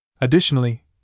Additionally